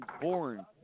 born